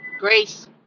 grace